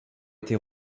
été